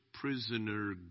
prisoner